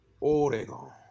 Oregon